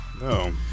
No